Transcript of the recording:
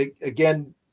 again